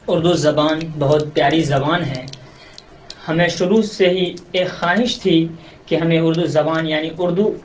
اردو زبان بہت پیاری زبان ہے ہمیں شروع سے ہی ایک خواہش تھی کہ ہمیں اردو زبان یعنی اردو